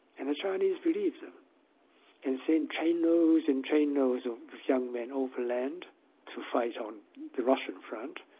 and the chinese believed them and send trainloads and trainloads of young men overland to fight on the russian front,